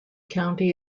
county